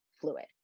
fluid